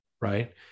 Right